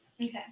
Okay